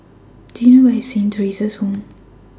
Do YOU know Where IS Saint Theresa's Home